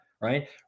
right